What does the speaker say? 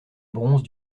bronze